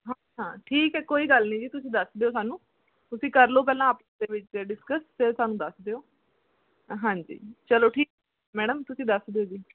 ਹਾਂ ਠੀਕ ਹੈ ਕੋਈ ਗੱਲ ਨਹੀਂ ਜੀ ਤੁਸੀਂ ਦੱਸ ਦਿਓ ਸਾਨੂੰ ਤੁਸੀਂ ਕਰ ਲਉ ਪਹਿਲਾਂ ਆਪਸ ਦੇ ਵਿੱਚ ਡਿਸਕਸ ਫਿਰ ਸਾਨੂੰ ਦੱਸ ਦਿਓ ਹਾਂਜੀ ਚਲੋ ਠੀਕ ਮੈਡਮ ਤੁਸੀਂ ਦੱਸ ਦਿਓ ਜੀ